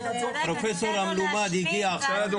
הפרופסור המלומד הגיע עכשיו,